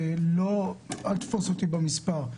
ואל תתפוס אותי במספר,